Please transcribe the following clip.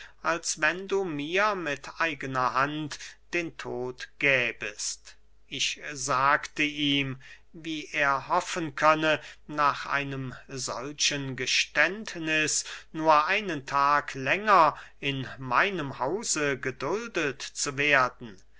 als wenn du mir mit eigener hand den tod gäbest ich sagte ihm wie er hoffen könne nach einem solchen geständniß nur einen tag länger in meinem hause geduldet zu werden